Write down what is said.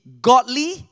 godly